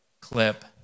clip